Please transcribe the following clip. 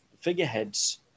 figureheads